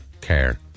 care